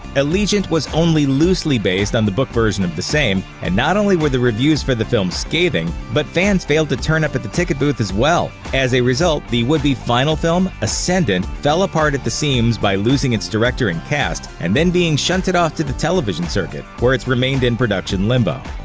allegiant was only loosely based on the book version of the same name, and not only were the reviews for the film scathing, but fans failed to turn up at the ticket booth as well. as a result, the would-be final film, ascendant, fell apart at the seams by losing its director and cast, and then being shunted off to the television circuit, where it's remained in production limbo.